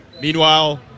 Meanwhile